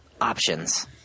options